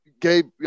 Gabe